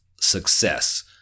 success